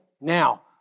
now